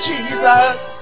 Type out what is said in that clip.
Jesus